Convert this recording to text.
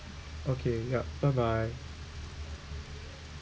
okay yup bye bye